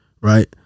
right